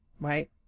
right